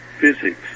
physics